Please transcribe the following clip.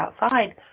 outside